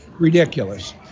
Ridiculous